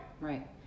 Right